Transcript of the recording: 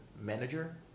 manager